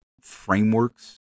frameworks